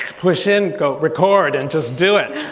push in. go record and just do it.